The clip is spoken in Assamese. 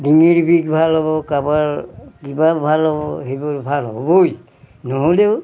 ডিঙিৰ বিষ ভাল হ'ব কাবাৰ কিবা ভাল হ'ব সেইবোৰ ভাল হ'বই নহ'লেও